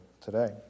today